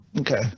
Okay